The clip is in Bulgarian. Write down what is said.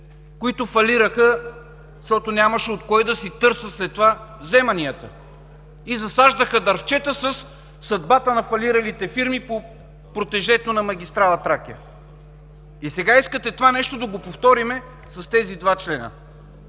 които фалираха, защото нямаше от кого след това да се търсят вземанията. И засаждаха дръвчета със съдбата на фалиралите фирми по протежето на магистрала „Тракия”. И сега искате това нещо да го повторим с тези два члена?